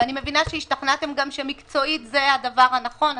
ואני מבינה שהשתכנעתם גם במקצועית זה הדבר הנכון.